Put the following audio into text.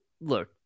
look